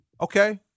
okay